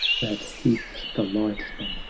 that heats the lightning,